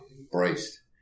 embraced